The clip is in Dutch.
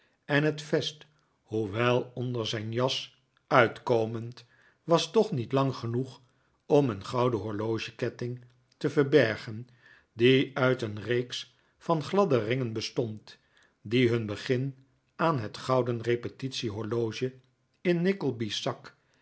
en het vest hoewel onder zijn jas uitkomend was toch niet lang genoeg om een gouden horlogeketting te verbergen die uit een reeks van gladde ringen bestond die hun begin aan het gouden repetitiehorloge in